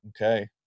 Okay